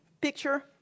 picture